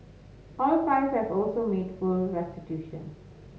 all five have also made full restitution